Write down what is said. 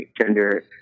gender